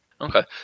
Okay